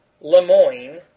LeMoyne